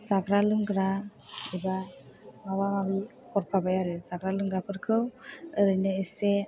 जाग्रा लोंग्रा एबा माबा माबि हरफाबाय आरो जाग्रा लोंग्राफोरखौ ओरैनो एसे